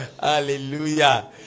Hallelujah